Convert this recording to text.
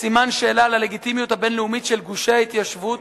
סימן שאלה על הלגיטימיות הבין-לאומית של גושי ההתיישבות,